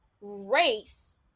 race